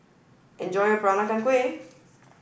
enjoy your Peranakan Kueh